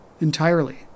entirely